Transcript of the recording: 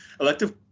elective